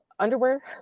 underwear